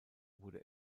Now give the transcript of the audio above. wurde